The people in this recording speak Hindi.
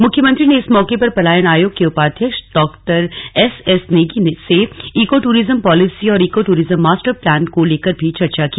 मुख्यमंत्री ने इस मौके पर पलायन आयोग के उपाध्यक्ष डॉ एसएस नेगी से इको टूरिज्म पॉलिसी और इको टूरिज्म मास्टर प्लान को लेकर भी चर्चा की